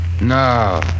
No